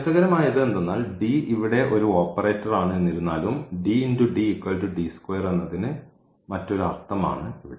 രസകരമായത് എന്തെന്നാൽ ഇവിടെ ഒരു ഓപ്പറേറ്ററാണ് എന്നിരുന്നാലും xഎന്നതിന് മറ്റൊരു അർത്ഥം ആണ് ഇവിടെ